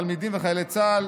תלמידים וחיילי צה"ל,